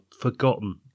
forgotten